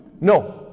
No